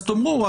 אז תאמרו,